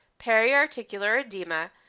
periarticular edema,